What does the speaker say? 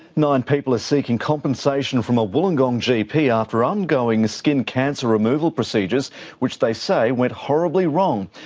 nine people are seeking compensation from a wollongong gp after on-going skin cancer removal procedures which they say went horribly wrong.